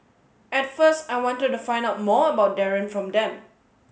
at first I wanted to find out more about Darren from them